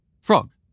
Frog